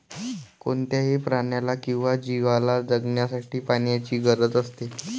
कोणत्याही प्राण्याला किंवा जीवला जगण्यासाठी पाण्याची गरज असते